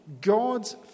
God's